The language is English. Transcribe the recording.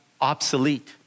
obsolete